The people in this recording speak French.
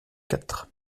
quatre